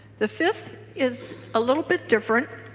the fifth is a little bit different.